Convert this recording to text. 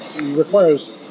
requires